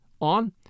on